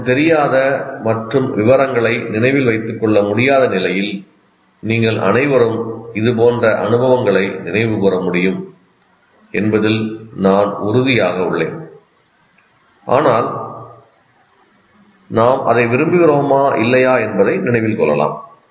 நமக்குத் தெரியாத மற்றும் விவரங்களை நினைவில் வைத்துக் கொள்ள முடியாத நிலையில் நீங்கள் அனைவரும் இதுபோன்ற அனுபவங்களை நினைவுகூர முடியும் என்பதில் நான் உறுதியாக உள்ளேன் ஆனால் நாம் அதை விரும்புகிறோமா இல்லையா என்பதை நினைவில் கொள்ளலாம்